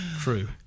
True